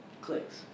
Clicks